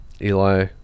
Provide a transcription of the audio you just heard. eli